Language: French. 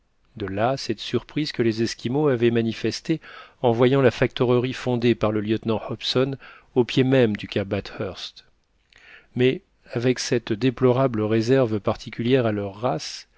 de là cette surprise que les esquimaux avaient manifestée en voyant la factorerie fondée par le lieutenant hobson au pied même du cap bathurst mais avec cette déplorable réserve particulière à leur race